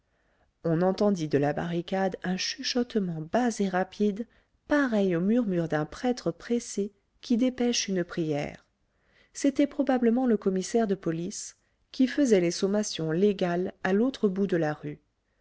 on entendit de la barricade un chuchotement bas et rapide pareil au murmure d'un prêtre pressé qui dépêche une prière c'était probablement le commissaire de police qui faisait les sommations légales à l'autre bout de la rue